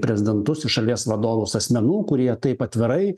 prezidentus į šalies vadovus asmenų kurie taip atvirai